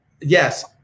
Yes